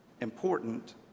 important